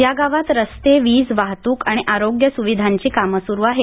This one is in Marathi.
या गावांत रस्ते वीज वाहतूक आणि आरोग्य सुविधांची कामं सुरू आहेत